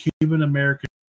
Cuban-American